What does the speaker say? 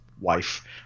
wife